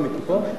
איפה מיקי, פה?